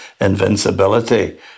invincibility